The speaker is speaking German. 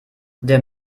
der